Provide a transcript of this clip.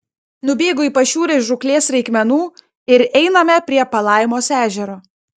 nubėgu į pašiūrę žūklės reikmenų ir einame prie palaimos ežero